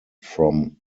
from